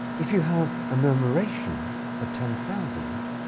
if you have a murmuration of ten thousand,